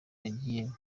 agiyemo